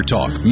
Talk